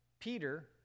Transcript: Peter